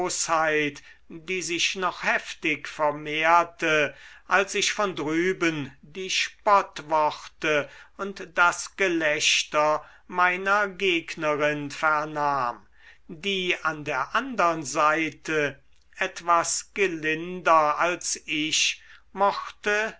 die sich noch heftig vermehrte als ich von drüben die spottworte und das gelächter meiner gegnerin vernahm die an der andern seite etwas gelinder als ich mochte